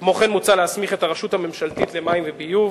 כמו כן, מוצע להסמיך את הרשות הממשלתית למים וביוב